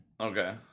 okay